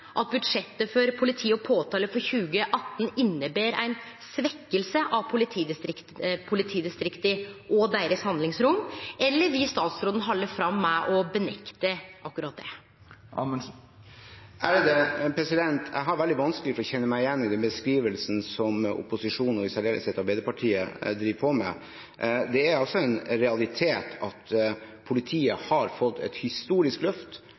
at budsjettet for politi og påtalemakt for 2018 inneber ei svekking av politidistrikta og handlingsrommet deira, eller vil statsråden halde fram med å nekte for akkurat det? Jeg har veldig vanskelig for å kjenne meg igjen i den beskrivelsen som opposisjonen og i særdeleshet Arbeiderpartiet driver på med. Det er en realitet at politiet har fått et historisk løft